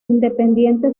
independiente